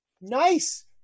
Nice